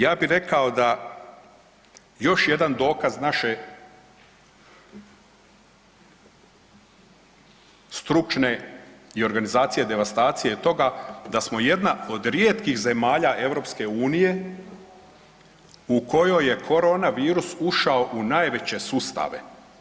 Ja bih rekao da još jedan dokaz naše stručne i organizacije, devastacije toga da smo jedna od rijetkih zemalja Europske unije u kojoj je koronavirus ušao u najveće sustave.